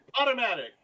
Automatic